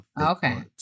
Okay